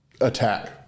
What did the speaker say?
attack